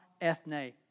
ethne